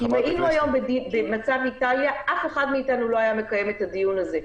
אם היום היינו במצב של איטליה אף אחד מאיתנו לא היה מקיים את הדיון הזה.